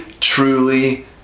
truly